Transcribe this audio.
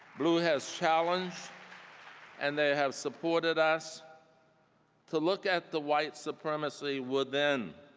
bluu has challenged and they have supported us to look at the white supremacy within.